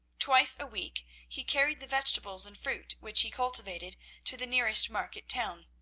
twice a week he carried the vegetables and fruit which he cultivated to the nearest market-town.